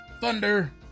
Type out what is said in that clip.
thunder